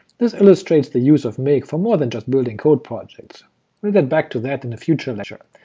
this illustrates the use of make for more than just building code projects. we'll get back to that in a future lecture,